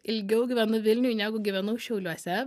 ilgiau gyvenu vilniuj negu gyvenau šiauliuose